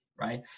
right